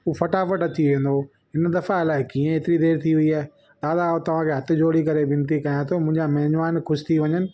हूं फटाफटि अची वेंदो हो हिन दफ़ा अलाए कीअं एतिरी देरि थी वयी आहे दादा ऐं तव्हांखे हथ जोड़ी करे विनती कयां थो मुंहिंजा मिजमान ख़ुशि थी वञनि